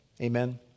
Amen